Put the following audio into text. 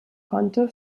konnte